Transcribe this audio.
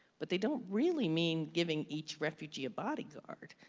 but they don't really mean giving each refugee a bodyguard.